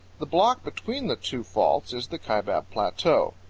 the block between the two faults is the kaibab plateau.